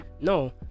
No